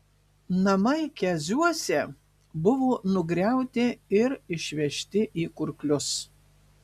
namai keziuose buvo nugriauti ir išvežti į kurklius